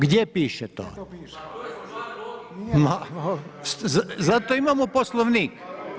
Gdje piše to? … [[Govornici govore u glas, ne razumije se]] Zato imamo Poslovnik.